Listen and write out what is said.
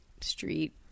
street